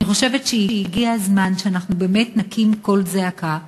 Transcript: אני חושבת שהגיע הזמן שאנחנו באמת נקים קול זעקה,